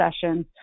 sessions